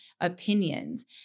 opinions